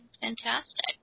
Fantastic